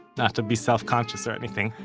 not to be self-conscious or anything.